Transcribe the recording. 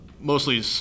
mostly